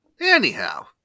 Anyhow